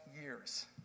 years